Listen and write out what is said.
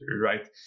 right